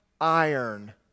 iron